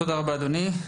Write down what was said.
תודה רבה, אדוני.